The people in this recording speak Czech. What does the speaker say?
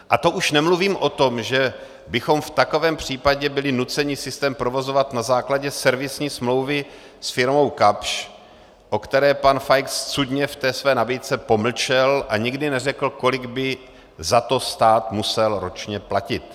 A to už nemluvím o tom, že bychom v takovém případě byli nuceni systém provozovat na základě servisní smlouvy s firmou Kapsch, o které pan Feix cudně ve své nabídce pomlčel, a nikdy neřekl, kolik by za stát musel ročně platit.